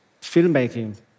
Filmmaking